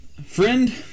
Friend